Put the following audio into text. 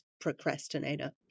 procrastinator